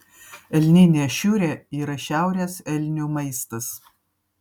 elninė šiurė yra šiaurės elnių maistas